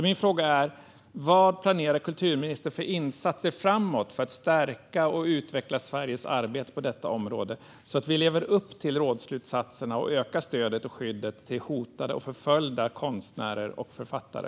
Min fråga är: Vad planerar kulturministern för insatser framåt för att stärka och utveckla Sveriges arbete på detta område, så att vi lever upp till rådsslutsatserna och ökar stödet och skyddet till hotade och förföljda konstnärer och författare?